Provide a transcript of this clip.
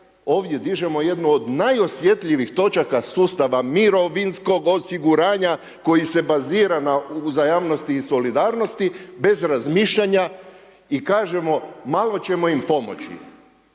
ovdje dižemo jednu od najosjetljivijih točaka sustava mirovinskog osiguranja koji se bazira na uzajamnosti i solidarnosti bez razmišljanja i kažemo malo ćemo im pomoći,